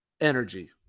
energy